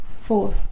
four